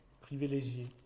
privilégiés